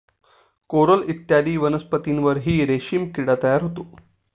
coral इत्यादी वनस्पतींवरही रेशीम किडा तयार होतो